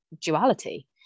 duality